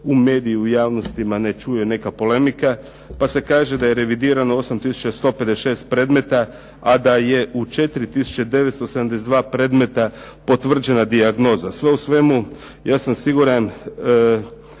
u mediju i u javnostima ne čuje neka polemika pa se kaže da je revidirano 8156 predmeta, a da je u 4972 predmeta potvrđena dijagnoza. Sve u svemu, ja sam siguran